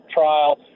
trial